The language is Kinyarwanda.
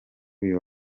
uyu